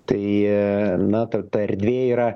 tai na tar ta erdvė yra